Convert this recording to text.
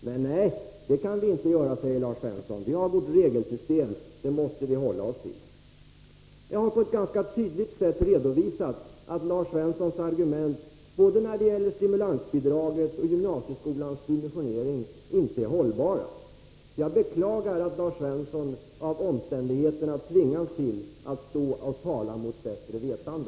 Men, nej, det kan vi inte göra, säger Lars Svensson. Vi har vårt regelsystem. Det måste vi hålla oss till. Det har på ett ganska tydligt sätt visat att Lars Svenssons argument när det gäller både stimulansbidraget och gymnasieskolans dimensionering inte är hållbara. Jag beklagar att Lars Svensson av omständigheterna tvingas att stå och tala mot bättre vetande.